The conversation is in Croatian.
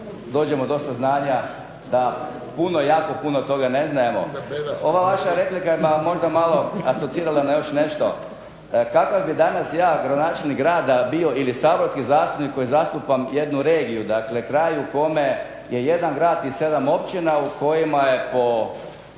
dođemo dosta znanja da puno, jako puno toga ne znajemo. Ova vaša replika me možda malo asocirala na još nešto. Kakav bi danas ja gradonačelnik grada bio ili saborski zastupnik koji zastupam jednu regiju, dakle kraj u kome je jedan grad i 7 općina u kojima je po